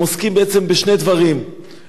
הם עוסקים בצד אחד בעושק של עובדים,